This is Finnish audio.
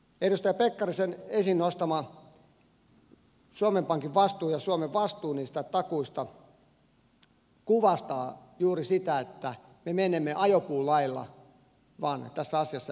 edustaja pekkarisen esiin nostama suomen pankin vastuu ja suomen vastuu niistä takuista kuvastavat juuri sitä että me menemme vain ajopuun lailla tässä asiassa eteenpäin